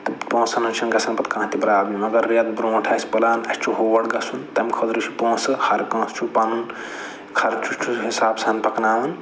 تہٕ پونٛسَن ہٕنٛز چھِنہٕ گژھان پَتہٕ کانٛہہ تہِ پرٛابلِم اَگر رٮ۪تھ برٛونٛٹھ آسہِ پٕلان اَسہِ چھِ ہور گژھُن تَمہِ خٲطرٕ چھِ پونٛسہٕ ہَر کانٛہہ چھُ پَنُن خرچہٕ چھُ حِساب سان پَکناوُن